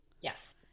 Yes